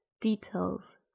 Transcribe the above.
details